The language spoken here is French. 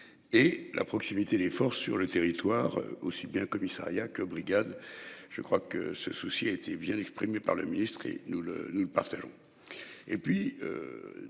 Et la proximité, l'effort sur le territoire, aussi bien commissariat que brigade. Je crois que ce souci a été bien exprimé par le ministre et nous le nous le partageons.